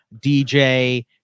DJ